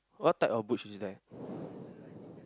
what type of butch is there